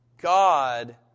God